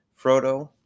Frodo